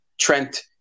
Trent